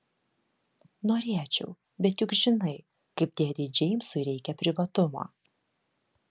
norėčiau bet juk žinai kaip dėdei džeimsui reikia privatumo